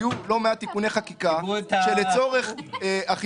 היו לא מעט תיקוני חקיקה שלצורך אכיפתם,